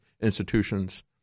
institutions